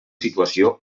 situació